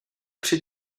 při